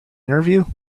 interview